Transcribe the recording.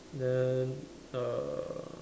then err